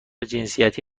جنسیتی